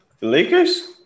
Lakers